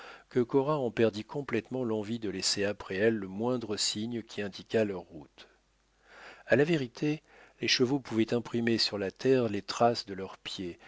que cora en perdit complètement l'envie de laisser après elle le moindre signe qui indiquât leur route à la vérité les chevaux pouvaient imprimer sur la terre les traces de leurs pieds